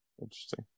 Interesting